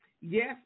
Yes